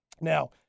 Now